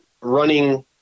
running